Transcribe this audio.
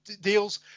deals